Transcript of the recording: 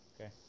Okay